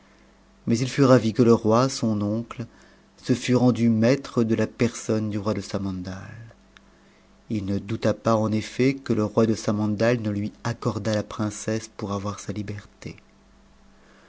mais it fut ravi que le roi son oncle se fût rendu maître de la personne du roi de samandal i ne douta pas en effet que le roi de samandal ne lui accordât la princesse pour avoir sa liberté